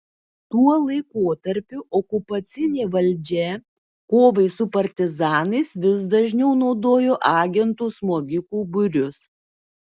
tuo laikotarpiu okupacinė valdžia kovai su partizanais vis dažniau naudojo agentų smogikų būrius